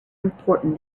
important